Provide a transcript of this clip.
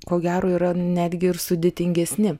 ko gero yra netgi ir sudėtingesni